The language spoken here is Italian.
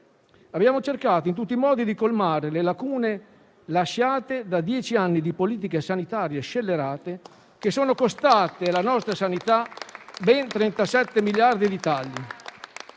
abbiamo cercato in tutti i modi di colmare le lacune lasciate da dieci anni di politiche sanitarie scellerate che sono costate alla nostra sanità ben 37 miliardi di tagli.